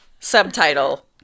Subtitle